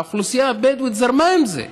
האוכלוסייה הבדואית זרמה עם זה.